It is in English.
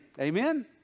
Amen